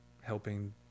helping